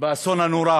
באסון הנורא